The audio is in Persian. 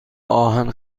آهن